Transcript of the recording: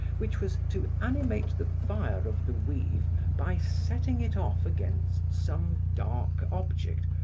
which was to animate the fire of the weave by setting it off against some dark object,